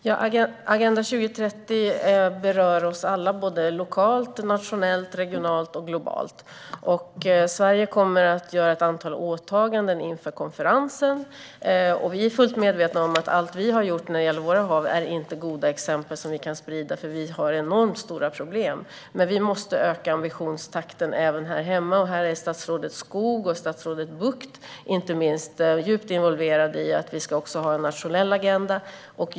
Fru talman! Agenda 2030 berör oss alla, lokalt, nationellt, regionalt och globalt. Sverige kommer att göra ett antal åtaganden inför konferensen. Vi är fullt medvetna om att allt vad vi har gjort när det gäller våra hav inte är goda exempel som kan spridas, för vi har enormt stora problem. Vi måste öka ambitionstakten även här hemma. Statsrådet Skog och inte minst statsrådet Bucht är djupt involverade i arbetet med en nationell agenda.